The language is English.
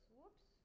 Whoops